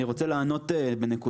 אני רוצה לענות בנקודות,